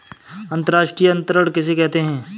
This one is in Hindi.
अंतर्राष्ट्रीय अंतरण किसे कहते हैं?